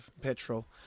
petrol